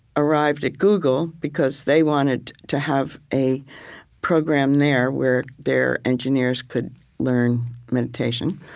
arrived at google because they wanted to have a program there where their engineers could learn meditation.